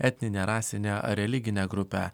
etninę rasinę ar religinę grupę